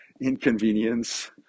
inconvenience